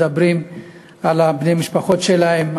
מדברים על בני המשפחות שלהם,